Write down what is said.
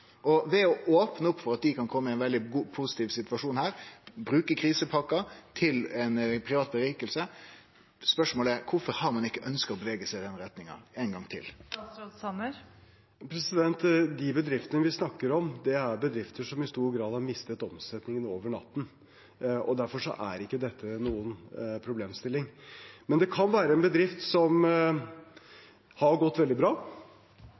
og dette opnar opp for at dei kan kome i ein veldig positiv situasjon og bruke krisepakka til privat vinning. Spørsmålet er – ein gong til: Kvifor har ein ikkje ønskt å bevege seg i den retninga? De bedriftene vi snakker om, er bedrifter som i stor grad har mistet omsetningen over natten. Derfor er ikke dette noen problemstilling. Men det kan være en bedrift som har gått veldig bra,